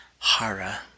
Hara